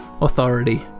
authority